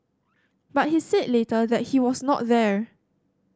but he said later that he was not there